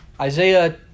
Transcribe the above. Isaiah